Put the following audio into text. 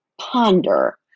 ponder